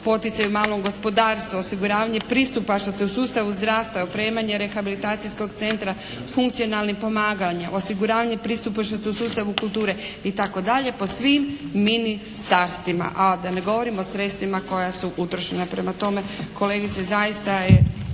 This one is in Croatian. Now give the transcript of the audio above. poticaj malog gospodarstva, osiguravanje pristupačnosti u sustavu zdravstva, opremanje rehabilitacijskog centra funkcionalnim pomaganja, osiguravanje pristupu sustavu kulture itd. po svim ministarstvima, a da ne govorim o sredstvima koja su utrošena. Prema tome kolegice zaista je